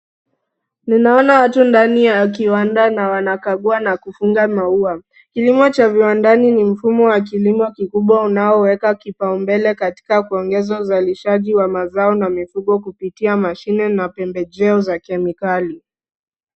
Ninaona watu ndani ya kiwanda na wanakagua na kukunja maua. Kilimo cha viwandani ni mfumo wa kilimo kikubwa unaoweka kipaombele katika kuongeza uzalishaji wa mazao na mifugo kupitia mashine na pembejeo za kemikali.